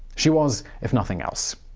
she was, if nothing else,